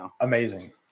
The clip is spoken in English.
amazing